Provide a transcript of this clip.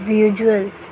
visual